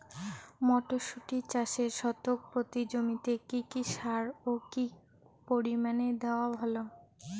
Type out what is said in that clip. মটরশুটি চাষে শতক প্রতি জমিতে কী কী সার ও কী পরিমাণে দেওয়া ভালো?